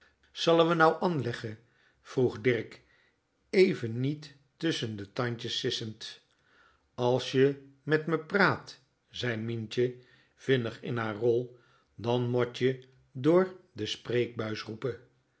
we nou anlegge vroeg dirk even nièt tusschen de tandjes sissend as je met me praat zei mientje vinnig in haar rol dan mot je door de spreekbuis roepe